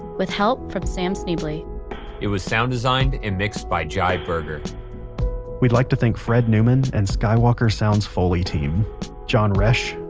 with help from sam schneble. it was sound designed and mixed by jai berger we'd like to thank fred newman and skywalker sound's foley team john roesch,